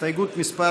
הסתייגות מס'